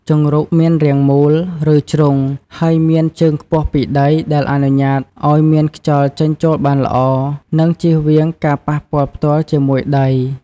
ជង្រុកមានរាងមូល ឬជ្រុង ហើយមានជើងខ្ពស់ពីដី ដែលអនុញ្ញាតឲ្យមានខ្យល់ចេញចូលបានល្អ និងជៀសវាងការប៉ះពាល់ផ្ទាល់ជាមួយដី។